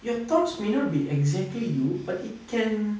your thoughts may not be exactly you but it can